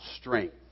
strength